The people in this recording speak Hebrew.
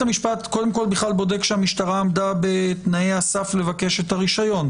בית המשפט בודק שהמשטרה עמדה בתנאי הסף לבקש את הרישיון,